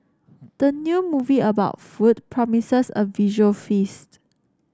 the new movie about food promises a visual feast